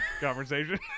conversation